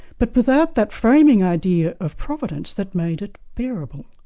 but without that framing idea of providence that made it bearable.